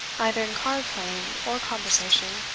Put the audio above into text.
either in card-playing or conversation,